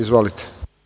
Izvolite.